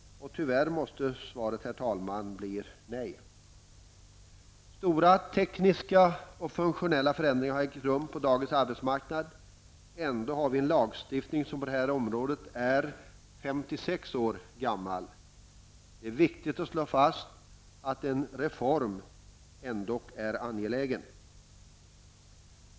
Tyvärr måste svaret, herr talman, bli nej. Stora tekniska och funktionella förändringar har ägt rum på dagens arbetsmarknad. Ändå har vi en lagstiftning som på det här området är 56 år gammal. Det är viktigt att slå fast att en reform ändock är angelägen.